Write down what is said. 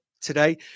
today